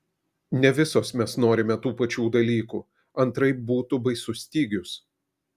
ne visos mes norime tų pačių dalykų antraip būtų baisus stygius